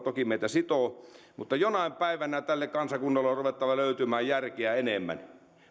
toki meitä sitoo mutta jonain päivänä tälle kansakunnalle on ruvettava löytymään järkeä enemmän